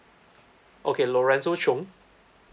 okay lorenzo cheung